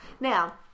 Now